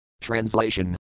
Translation